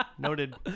Noted